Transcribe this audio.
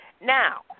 Now